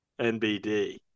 NBD